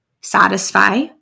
satisfy